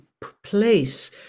place